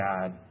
God